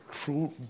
true